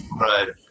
right